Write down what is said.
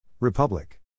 Republic